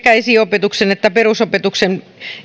esiopetuksen ja perusopetuksen